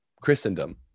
Christendom